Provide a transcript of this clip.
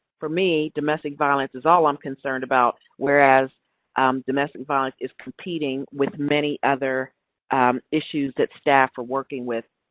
for me, domestic violence is all i'm concerned about, whereas domestic violence is competing with many other issues that staff are working with,